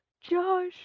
Josh